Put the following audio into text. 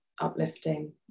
uplifting